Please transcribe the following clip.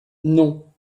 non